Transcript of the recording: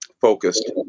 focused